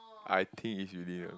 I think it's you right